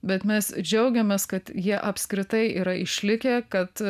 bet mes džiaugiamės kad jie apskritai yra išlikę kad